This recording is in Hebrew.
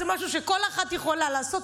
זה משהו שכל אחת יכולה לעשות,